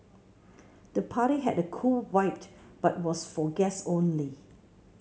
the party had a cool vibe but was for guests only